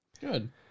Good